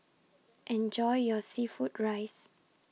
Enjoy your Seafood Rice